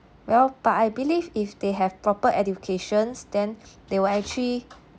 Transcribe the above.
well but I believe if they have proper educations then they will actually